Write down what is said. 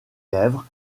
lèvres